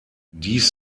dies